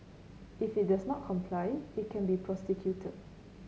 if it does not comply it can be prosecuted